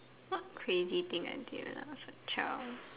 what crazy thing I did when I was a child